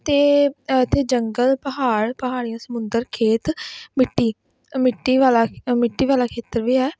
ਅਤੇ ਇੱਥੇ ਜੰਗਲ ਪਹਾੜ ਪਹਾੜੀਆਂ ਸਮੁੰਦਰ ਖੇਤ ਮਿੱਟੀ ਮਿੱਟੀ ਵਾਲਾ ਮਿੱਟੀ ਵਾਲਾ ਖੇਤਰ ਵੀ ਹੈ